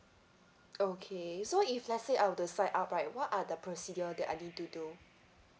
okay so if let's say I were to sign up right what are the procedure that I need to do